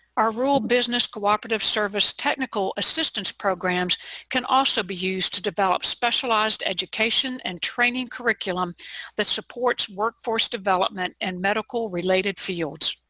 our rural business cooperative service technical assistance programs can also be used to develop specialized education and training curriculum that supports workforce development in and medical-related fields.